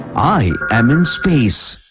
i am in space.